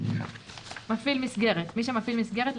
"מפעיל מסגרת" מי שמפעיל מסגרת,